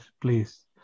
please